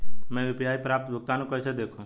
मैं यू.पी.आई पर प्राप्त भुगतान को कैसे देखूं?